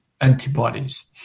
antibodies